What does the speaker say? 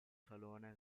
salone